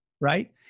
Right